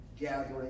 gathering